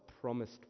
promised